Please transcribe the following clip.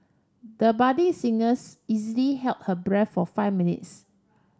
the budding singers easily held her breath for five minutes